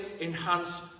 enhance